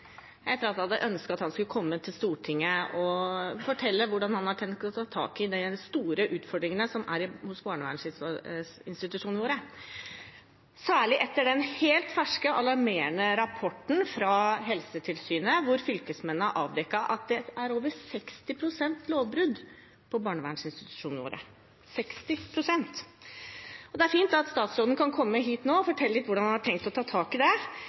at jeg hadde ønsket at han skulle komme til Stortinget og fortelle hvordan han har tenkt å ta tak i de store utfordringene i barnevernsinstitusjonene våre, særlig etter den helt ferske, alarmerende rapporten fra Helsetilsynet hvor fylkesmenn har avdekket at det er over 60 pst. lovbrudd i barnevernsinstitusjonene våre – 60 prosent! Det er fint at statsråden kan komme hit nå og fortelle litt om hvordan han har tenkt å ta tak i det.